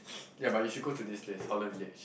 ya but you should go to this place Holland-Village